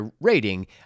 rating